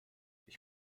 ich